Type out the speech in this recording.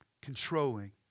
controlling